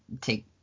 take